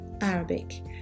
Arabic